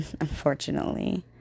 unfortunately